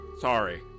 Sorry